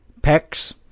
pecs